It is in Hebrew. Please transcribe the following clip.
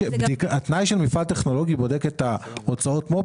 התנאי של מפעל טכנולוגי בודק את הוצאות המו"פ